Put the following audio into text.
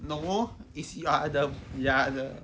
no is you are at the you are at the